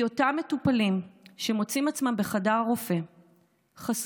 כי אותם מטופלים שמוצאים את עצמם בחדר הרופא חשופים,